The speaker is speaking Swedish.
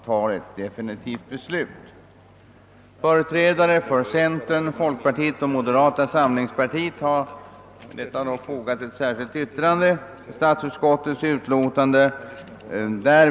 Vi som anslutit oss till det särskilda yttrandet anser att man bör belysa problemet något mer, innan man fattar ett definitivt beslut.